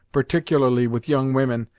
particularly with young women,